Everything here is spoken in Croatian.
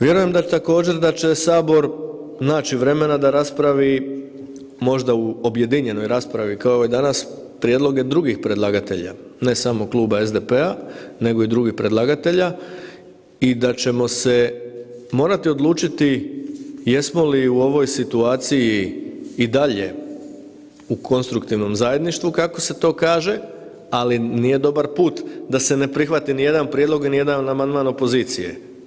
Vjerujem također da će sabor naći vremena da raspravi možda u objedinjenoj raspravi, kao ovoj danas, prijedloge drugih predlagatelja, ne samo Kluba SDP-a, nego i drugih predlagatelja i da ćemo se morati odlučiti jesmo li u ovoj situaciji i dalje u konstruktivnom zajedništvu kako se to kaže, ali nije dobar put da se ne prihvati ni jedan prijedlog, ni jedan amandman opozicije.